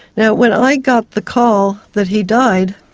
now, when i got the call that he died,